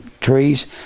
trees